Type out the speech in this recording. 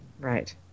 Right